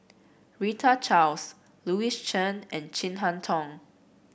Rita Louis Chen and Chin Harn Tong